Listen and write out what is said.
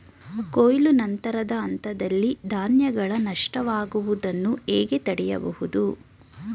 ಕೊಯ್ಲು ನಂತರದ ಹಂತದಲ್ಲಿ ಧಾನ್ಯಗಳ ನಷ್ಟವಾಗುವುದನ್ನು ಹೇಗೆ ತಡೆಯಬಹುದು?